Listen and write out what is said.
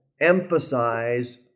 emphasize